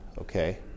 okay